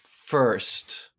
first